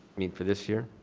mean for this year?